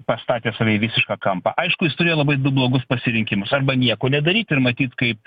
pastatė save į visišką kampą aišku jis turėjo labai du blogus pasirinkimus arba nieko nedaryt ir matyt kaip